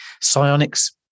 Psionics